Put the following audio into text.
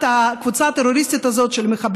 על שום זה שמבחינת הקבוצה הטרוריסטית הזאת של המחבלים,